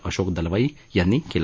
अशोक दलवाई यांनी केलं